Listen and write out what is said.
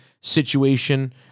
situation